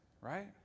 right